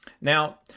Now